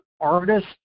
artists